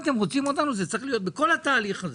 זה צריך להיות בכל התהליך הזה,